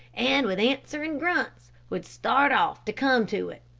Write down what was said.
and with answering grunts would start off to come to it.